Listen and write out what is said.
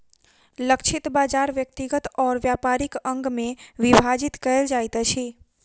लक्षित बाजार व्यक्तिगत और व्यापारिक अंग में विभाजित कयल जाइत अछि